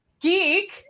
Geek